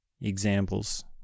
examples